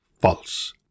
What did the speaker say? false